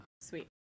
Sweet